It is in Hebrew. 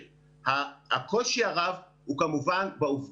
16 בספטמבר 2020. אני מתכבד לפתוח את ישיבת הוועדה